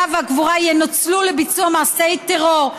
והקבורה ינוצלו לביצוע מעשי טרור,